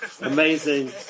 amazing